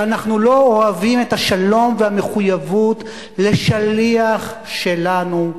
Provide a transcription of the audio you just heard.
שאנחנו לא אוהבים את השלום והמחויבות לשליח שלנו,